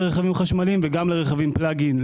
לרכבים חשמליים וגם לרכבים פלאג-אין.